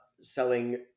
selling